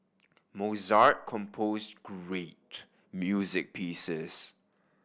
Mozart composed great music pieces